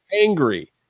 angry